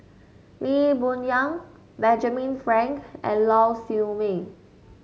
Lee Boon Yang Benjamin Frank and Lau Siew Mei